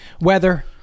weather